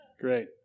Great